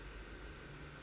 no w~ no